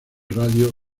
radio